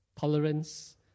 tolerance